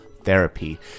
therapy